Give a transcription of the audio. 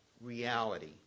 reality